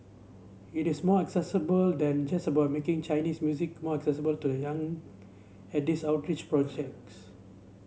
it is more accessible than just about making Chinese music more accessible to the young at these outreach projects